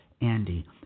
Andy